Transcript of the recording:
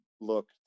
look